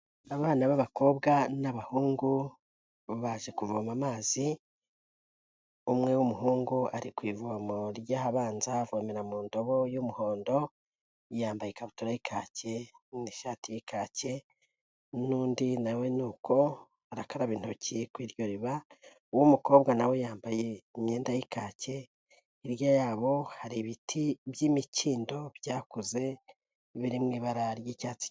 Abana b'abakobwa n'abahungu baje kuvoma amazi, umwe w'umuhungu ari ku ivomo ry'ahabanza avomera mu ndobo y'umuhondo, yambaye ikabutura y'ikaki n'ishati y'ikake, n'undi nawe nuko arakaraba intoki kuri iryo riba, umukobwa nawe yambaye imyenda y'ikake, hirya yabo hari ibiti by'imikindo byakuze biri mu ibara ry'icyatsi.